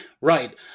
Right